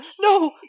No